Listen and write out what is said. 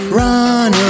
run